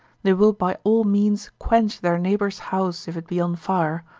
they will by all means quench their neighbour's house if it be on fire,